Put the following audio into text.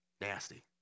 nasty